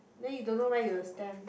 then you don't know where you will stand